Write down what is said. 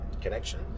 connection